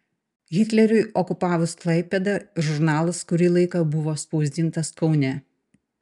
hitleriui okupavus klaipėdą žurnalas kurį laiką buvo spausdintas kaune